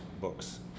books